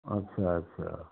अच्छा अच्छा